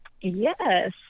Yes